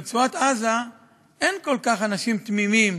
ברצועת-עזה אין כל כך אנשים תמימים